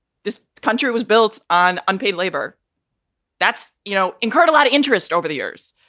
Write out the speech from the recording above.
this country was built on unpaid labor that's you know incurred a lot of interest over the years.